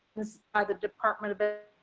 ah the department of ah